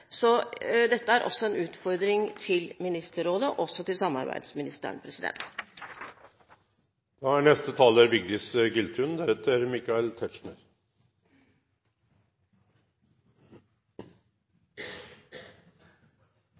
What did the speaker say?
så dette er også en utfordring til Ministerrådet og